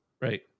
Right